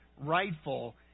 rightful